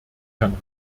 herrn